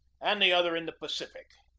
and the other in the pacific.